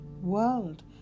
world